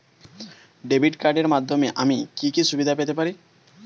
Debit কার্ডের মাধ্যমে আমি কি কি সুবিধা পেতে পারি?